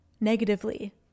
negatively